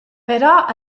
però